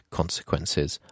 consequences